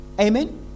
amen